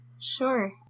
Sure